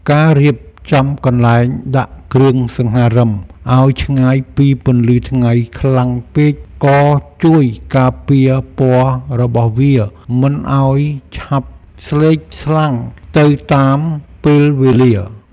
ការរៀបចំកន្លែងដាក់គ្រឿងសង្ហារឹមឱ្យឆ្ងាយពីពន្លឺថ្ងៃខ្លាំងពេក ក៏ជួយការពារពណ៌របស់វាមិនឱ្យឆាប់ស្លេកស្លាំងទៅតាមពេលវេលា។